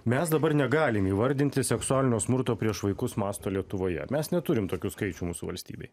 mes dabar negalim įvardinti seksualinio smurto prieš vaikus masto lietuvoje mes neturim tokių skaičių mūsų valstybėj